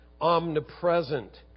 omnipresent